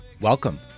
Welcome